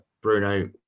Bruno